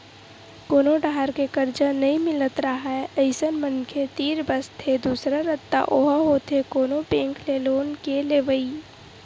कोनो डाहर ले करजा नइ मिलत राहय अइसन मनखे तीर बचथे दूसरा रद्दा ओहा होथे कोनो बेंक ले लोन के लेवई